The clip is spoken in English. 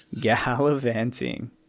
Gallivanting